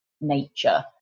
nature